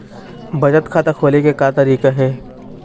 बचत खाता खोले के का तरीका हे?